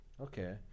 Okay